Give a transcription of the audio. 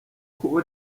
kubo